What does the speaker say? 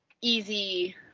easy